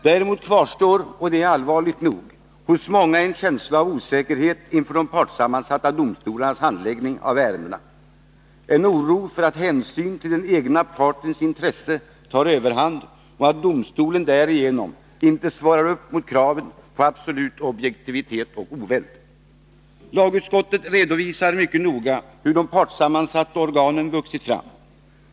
Däremot kvarstår — och det är allvarligt nog — hos många en känsla av osäkerhet inför de partssammansatta domstolarnas handläggning av ärendena; en oro för att hänsyn till den egna partens intressen tar överhand och att domstolen därigenom inte svarar upp mot kraven på absolut objektivitet och oväld. Lagutskottet redovisar mycket noga hur de partssammansatta organen vuxit fram.